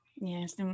Yes